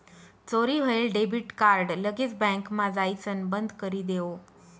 चोरी व्हयेल debit card लगेच बँकमा जाइसण बंदकरी देवो